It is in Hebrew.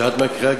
כשאת מקריאה,